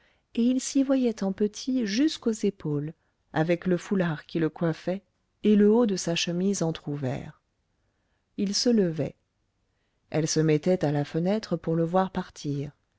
et il s'y voyait en petit jusqu'aux épaules avec le foulard qui le coiffait et le haut de sa chemise entrouvert il se levait elle se mettait à la fenêtre pour le voir partir